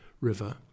river